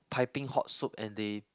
piping hot soup and they